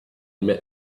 met